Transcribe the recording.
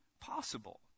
possible